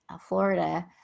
Florida